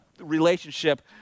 relationship